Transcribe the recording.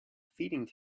feeding